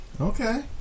Okay